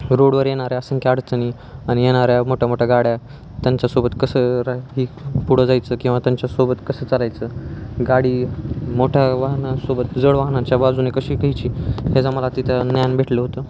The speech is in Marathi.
रोडवर येणाऱ्या असंख्य अडचणी आणि येणाऱ्या मोठ्या मोठ्या गाड्या त्यांच्यासोबत कसं राह पुढं जायचं किंवा त्यांच्यासोबत कसं चालायचं गाडी मोठ्या वाहनासोबत जड वाहनाच्या बाजूनं कशी घ्यायची ह्याज मला तिथं ज्ञान भेटलं होतं